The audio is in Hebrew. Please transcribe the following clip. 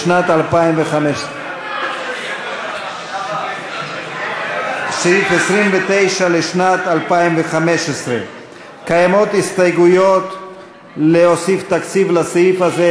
לשנת 2015. קיימות הסתייגויות להוסיף תקציב לסעיף הזה,